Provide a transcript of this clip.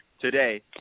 today